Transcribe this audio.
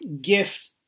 gift